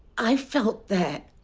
i felt that.